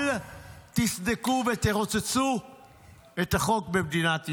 אל תסדקו ותרוצצו את החוק במדינת ישראל.